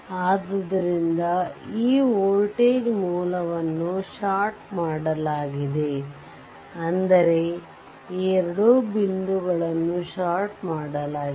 ಆದ್ದರಿಂದ ಈ ವೋಲ್ಟೇಜ್ ಮೂಲವನ್ನು ಷಾರ್ಟ್ ಮಾಡಲಾಗಿದೆ ಅಂದರೆ ಈ ಎರಡು ಬಿಂದುಗಳನ್ನು ಷಾರ್ಟ್ ಮಾಡಲಾಗಿದೆ